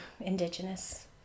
indigenous